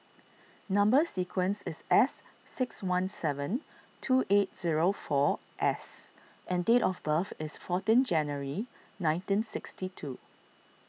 Number Sequence is S six one seven two eight zero four S and date of birth is fourteen January nineteen sixty two